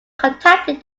contacted